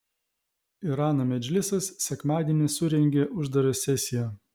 irano medžlisas sekmadienį surengė uždarą sesiją